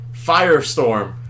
firestorm